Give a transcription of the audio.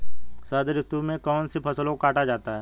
शरद ऋतु में कौन सी फसलों को काटा जाता है?